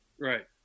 Right